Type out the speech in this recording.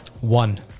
One